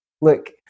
look